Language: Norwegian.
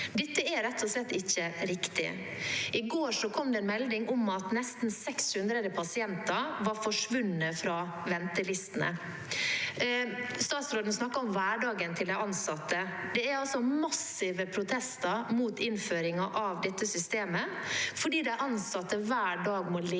Det er rett og slett ikke riktig. I går kom det melding om at nesten 600 pasienter var forsvunnet fra ventelistene. Statsråden snakker om hverdagen til de ansatte. Det er altså massive protester mot innføringen av dette systemet, fordi de ansatte hver dag må leve